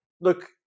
look